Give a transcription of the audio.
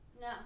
No